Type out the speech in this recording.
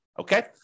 Okay